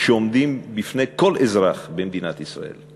שעומדות בפני כל אזרח במדינת ישראל.